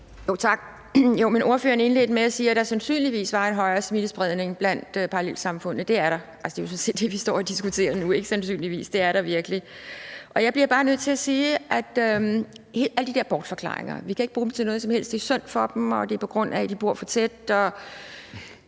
med at sige, at der sandsynligvis var en højere smittespredning i parallelsamfundene. Det er der. Det er jo sådan set det, vi står og diskuterer nu. Det er der ikke sandsynligvis, det er der virkelig. Jeg bliver bare nødt til at sige, at vi ikke kan bruge alle de her bortforklaringer til noget som helst. Man siger, at det er synd for dem, og at det er, på grund af at de bor for tæt.